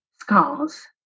scars